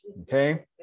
Okay